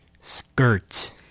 skirt